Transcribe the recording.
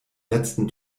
letzten